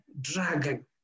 dragon